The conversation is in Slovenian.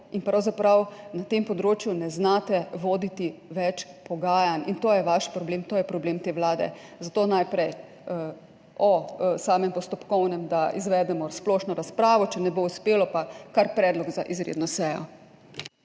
in pravzaprav na tem področju ne znate voditi več pogajanj. In to je vaš problem, to je problem te vlade. Zato najprej v samem postopkovnem, da izvedemo splošno razpravo, če ne bo uspelo, pa kar predlog za izredno sejo.